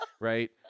right